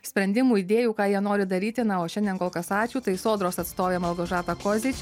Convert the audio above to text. sprendimų idėjų ką jie nori daryti na o šiandien kol kas ačiū tai sodros atstovė malgožata kozič